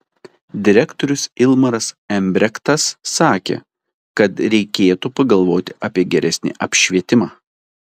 direktorius ilmaras embrektas sakė kad reikėtų pagalvoti apie geresnį apšvietimą